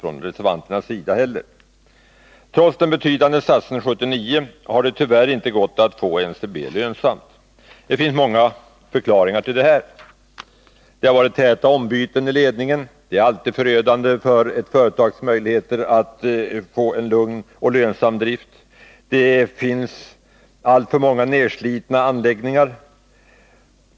Trots den betydande satsningen 1979 har det tyvärr inte gått att få NCB lönsamt. Det finns många förklaringar till detta. Det har varit täta byten i ledningen, och det är alltid förödande för ett företags möjligheter att få en lugn och lönsam drift. Det finns alltför många nedslitna anläggningar.